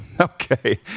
Okay